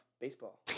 baseball